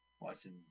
watching